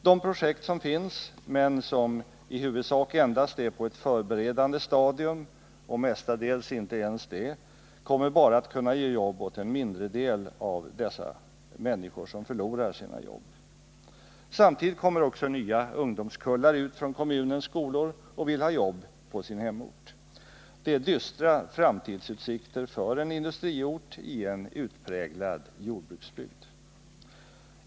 De projekt som finns men som i huvudsak endast är på ett förberedande stadium — och mestadels inte ens det - kommer bara att kunna ge jobb åt en mindredel av dessa människor som förlorar sina nuvarande jobb. Samtidigt kommer också nya ungdomskullar ut från kommunens skolor och vill ha jobb i sin hemort. Det är dystra framtidsutsikter för en industriort i en utpräglad jordbruksbygd.